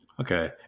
Okay